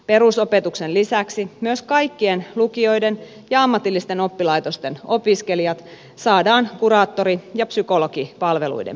perusopetuksen lisäksi myös kaikkien lukioiden ja ammatillisten oppilaitosten opiskelijat saadaan kuraattori ja psykologipalveluiden piiriin